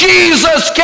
Jesus